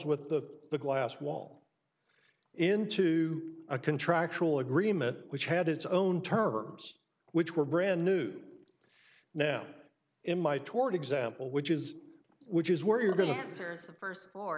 with the the glass wall into a contractual agreement which had its own terms which were brand news now in my toward example which is which is where you're going to answer the first f